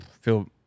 feel